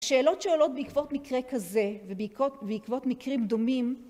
שאלות שעולות בעקבות מקרה כזה ובעקבות מקרים דומים